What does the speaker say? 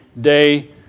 day